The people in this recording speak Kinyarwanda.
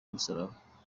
musaraba